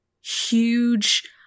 huge